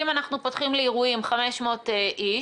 אם אנחנו פותחים לאירועים של 500 איש,